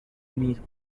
mushi